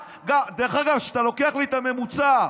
דרך אגב, כשאתה לוקח לי את הממוצע,